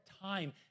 time